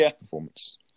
performance